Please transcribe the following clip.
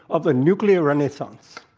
of a nuclear renaissance.